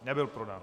Nebyl podán.